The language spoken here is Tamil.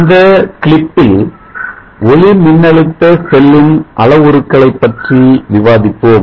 இந்த கிளிப்பில் ஒளிமின்னழுத்த செல்லின் அளவுருக்களை பற்றி விவாதிப்போம்